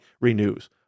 renews